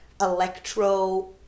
electro